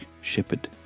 shepherd